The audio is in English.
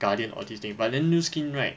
Guardian all these thing but then new skin right